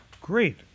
Great